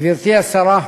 גברתי השרה,